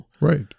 Right